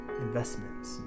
investments